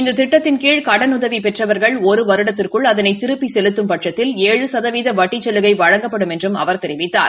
இந்த திட்டத்தின் கீழ கடனுதவி பெற்றவர்கள் ஒரு வருடத்திற்குள் அதனை திருப்பிச் செலுத்தும்பட்சத்தில் ஏழு சதவீத வட்டிச் சலுகை வழங்கபப்டும் என்றும் அவர் தெரிவித்தார்